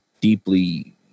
deeply